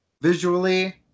Visually